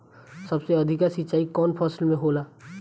सबसे अधिक सिंचाई कवन फसल में होला?